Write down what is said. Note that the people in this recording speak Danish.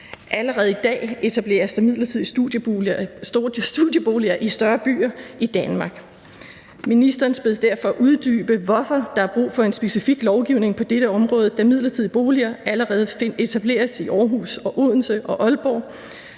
Allerede i dag etableres der midlertidige studieboliger i større byer i Danmark. Ministeren bedes derfor uddybe, hvorfor der er brug for en specifik lovgivning på dette område, da midlertidige boliger allerede etableres i Aarhus og Odense og Aalborg.